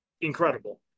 Incredible